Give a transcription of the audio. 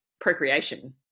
procreation